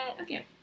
Okay